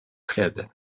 clubs